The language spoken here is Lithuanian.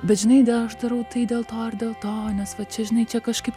bet žinai aš darau tai dėl to ar dėl to nes va čia žinai čia kažkaip